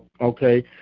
Okay